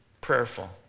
prayerful